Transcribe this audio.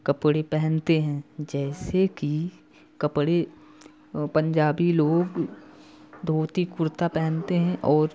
कपड़े पहनते हैं जैसे की कपड़े पंजाबी लोग धोती कुर्ता पहनते हैं और